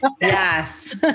Yes